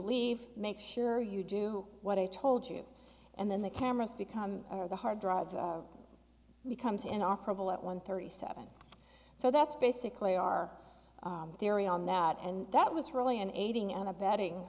leave make sure you do what i told you and then the cameras become or the hard drive becomes in operable at one thirty seven so that's basically our theory on that and that was really an aiding and abetting